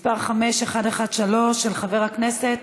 מס' 5113, 5116, 5139,